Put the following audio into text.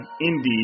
Indeed